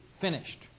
finished